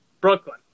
Brooklyn